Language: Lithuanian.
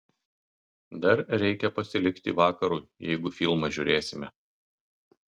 dar reikia pasilikti vakarui jeigu filmą žiūrėsime